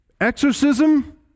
Exorcism